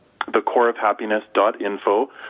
thecoreofhappiness.info